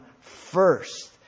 first